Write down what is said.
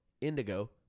indigo